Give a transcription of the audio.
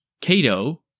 Cato